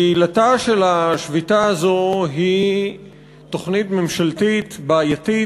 כי עילתה של השביתה הזו היא תוכנית ממשלתית בעייתית,